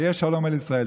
ויהיה שלום על ישראל.